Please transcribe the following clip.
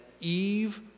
Eve